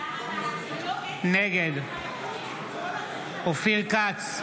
נגד אופיר כץ,